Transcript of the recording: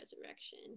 resurrection